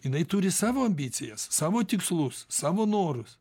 jinai turi savo ambicijas savo tikslus savo norus